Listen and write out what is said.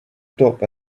top